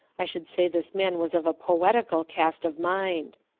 i should say this man was of a poetical cast of mind.